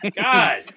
God